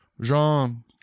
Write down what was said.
Jean